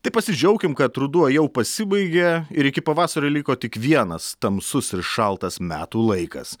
tai pasidžiaukim kad ruduo jau pasibaigė ir iki pavasario liko tik vienas tamsus ir šaltas metų laikas